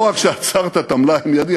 לא רק שעצרת את המלאי המיידי,